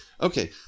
Okay